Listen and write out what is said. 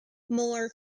molar